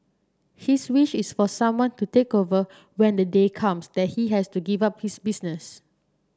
his wish is for someone to take over when the day comes that he has to give up his business